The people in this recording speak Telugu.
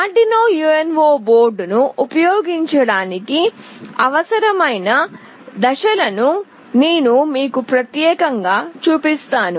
Arduino UNO బోర్డ్ను ఉపయోగించడానికి అవసరమైన దశలను నేను మీకు ప్రత్యేకంగా చూపిస్తాను